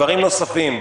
דברים נוספים: